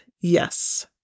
Yes